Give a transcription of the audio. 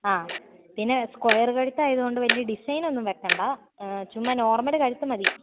ആ പിന്നെ സ്ക്വയര് കഴുത്ത് ആയതുകൊണ്ട് വലിയ ഡിസൈൻ ഒന്നും വയ്ക്കേണ്ട ചുമ്മാ നോർമൽ കഴുത്ത് മതി